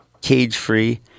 cage-free